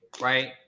right